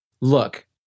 look